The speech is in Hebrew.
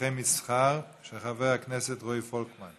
בשטחי מסחר), של חבר הכנסת רועי פולקמן.